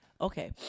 Okay